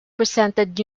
presented